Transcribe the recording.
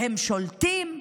והם שולטים,